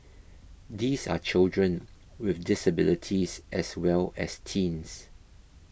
these are children with disabilities as well as teens